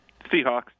Seahawks